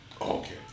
okay